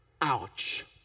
Ouch